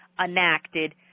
enacted